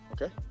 Okay